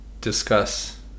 discuss